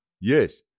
yes